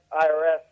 IRS